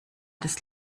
des